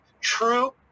true